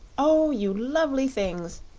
oh, you lovely things!